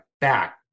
back